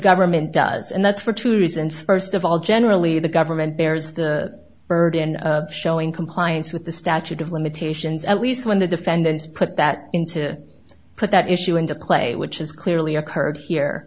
government does and that's for two reasons first of all generally the government bears the burden of showing compliance with the statute of limitations at least when the defendants put that in to put that issue into play which is clearly occurred here